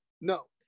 no